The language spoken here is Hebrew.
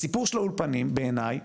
הסיפור של האולפנים, בעיני,